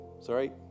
Sorry